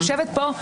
אני יושבת פה,